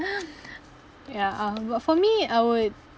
ya uh but for me I would